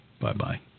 bye-bye